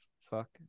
fuck